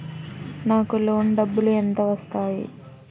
నాకు లోన్ డబ్బులు ఎంత వస్తాయి?